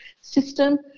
system